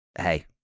hey